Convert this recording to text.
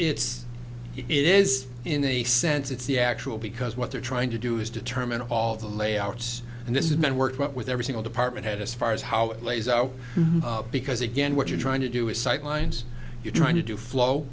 it's it's is in a sense it's the actual because what they're trying to do is determine all the layouts and this is been worked out with every single department head as far as how it lays out because again what you're trying to do is sightlines you're trying to do